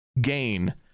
gain